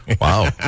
Wow